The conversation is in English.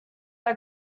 are